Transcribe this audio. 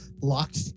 locked